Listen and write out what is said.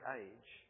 age